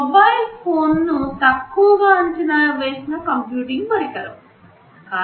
mobile phone తక్కువ గా అంచనా వేసిన కంప్యూటింగ్ పరికరం